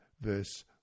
verse